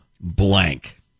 blank